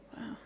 wow